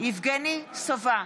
יבגני סובה,